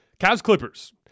Cavs-Clippers